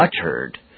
uttered